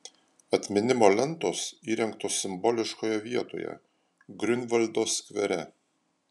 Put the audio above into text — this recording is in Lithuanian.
atminimo lentos įrengtos simboliškoje vietoje griunvaldo skvere